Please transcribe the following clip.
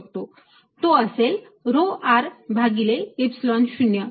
तो असेल rho r भागिले epsilon 0